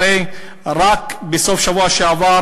הרי רק בסוף השבוע שעבר